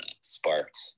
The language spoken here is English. sparked